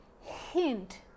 hint